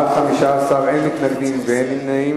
בעד, 15, אין מתנגדים ואין נמנעים.